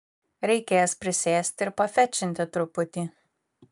reikės prisėsti ir pafečinti truputį